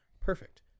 perfect